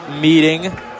meeting